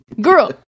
girl